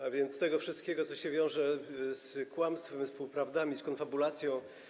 a więc tego wszystkiego, co się wiąże z kłamstwem, z półprawdami, z konfabulacją.